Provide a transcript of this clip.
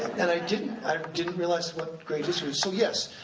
and i didn't, i didn't realize what great history so yes,